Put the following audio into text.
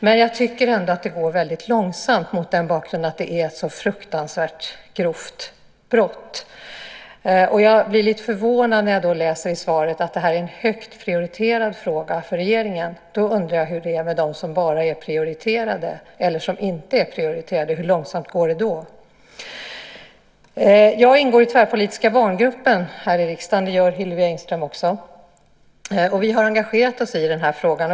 Men jag tycker ändå att det går väldigt långsamt mot bakgrund av att det är ett så fruktansvärt grovt brott. Jag blir lite förvånad när jag läser i svaret att det här en högt prioriterad fråga för regeringen. Då undrar jag hur det är med dem som bara är prioriterade eller som inte är prioriterade. Hur långsamt går det då? Jag ingår i den tvärpolitiska barngruppen här i riksdagen. Det gör Hillevi Engström också. Vi har engagerat oss i den här frågan.